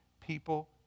people